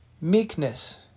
meekness